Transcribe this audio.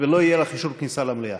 ולא יהיה לך אישור כניסה למליאה.